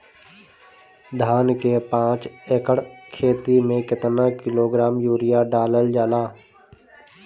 धान के पाँच एकड़ खेती में केतना किलोग्राम यूरिया डालल जाला?